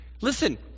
Listen